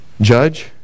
Judge